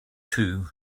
too